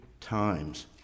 times